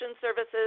services